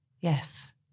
Yes